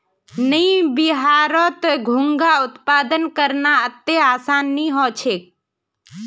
नइ बिहारत घोंघा उत्पादन करना अत्ते आसान नइ ह छेक